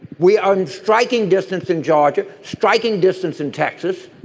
we are in striking distance in georgia. striking distance in texas.